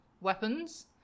weapons